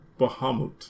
Bahamut